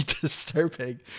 disturbing